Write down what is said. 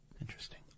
Interesting